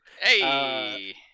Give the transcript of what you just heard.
Hey